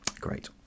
Great